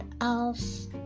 else